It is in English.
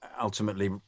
ultimately